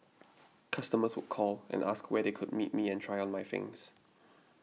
customers would call and ask where they could meet me and try on my things